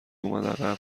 اومد